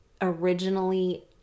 originally